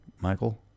Michael